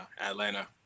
Atlanta